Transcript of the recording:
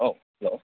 औ हेलौ